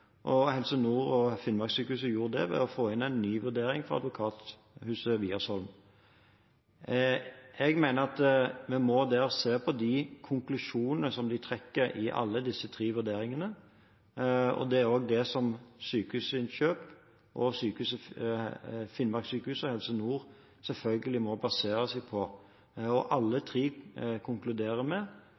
og Helse Nord og Finnmarkssykehuset gjorde det ved å få inn en ny vurdering, fra advokathuset Wiersholm. Jeg mener at vi må se på de konklusjonene som de trekker i alle disse tre vurderingene. Det er også det som Sykehusinnkjøp og Helse Nord og Finnmarkssykehuset selvfølgelig må basere seg på. Alle tre konkluderer med